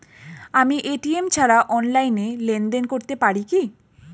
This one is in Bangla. আমি এ.টি.এম ছাড়া অনলাইনে লেনদেন করতে পারি কি?